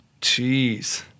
Jeez